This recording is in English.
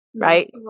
right